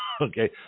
Okay